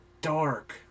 dark